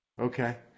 Okay